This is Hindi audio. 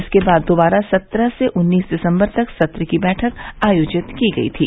इसके बाद दोबारा सत्रह से उन्नीस दिसम्बर तक सत्र की बैठक आयोजित की गयी थी